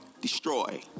Destroy